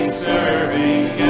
serving